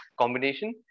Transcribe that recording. combination